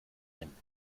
enten